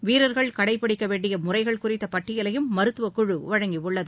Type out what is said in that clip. வீரர்கள் கடைபிடிக்க வேண்டிய முறைகள் குறித்த பட்டியலையும் மருத்துவ குழு வழங்கியுள்ளது